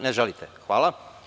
Ne želite? (Ne) Hvala.